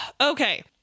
okay